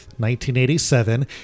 1987